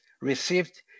received